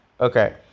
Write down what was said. Okay